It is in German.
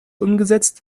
umgesetzt